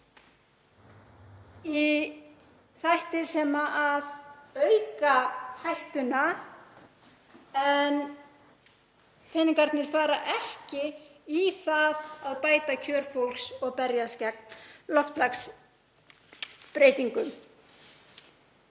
í þætti sem auka hættuna en peningarnir fari ekki í það að bæta kjör fólks og berjast gegn loftslagsbreytingum.